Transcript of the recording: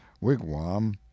wigwam